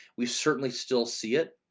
we certainly still see it.